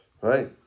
Right